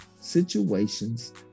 situations